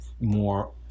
more